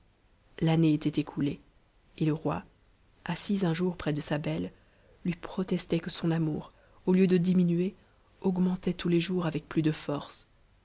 l'année était écoulée et le roi assis un jour près de sa belle lui proteslait que son amour au lieu de diminuer augmentait tous les jours avec n us de force